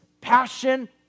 passion